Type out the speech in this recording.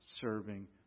serving